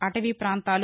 అటవీ ప్రాంతాలు